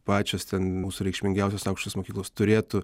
pačios ten mūsų reikšmingiausios aukštos mokyklos turėtų